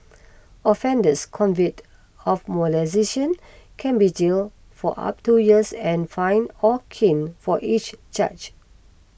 offenders convicted of molestation can be jail for up two years and fined or caned for each charge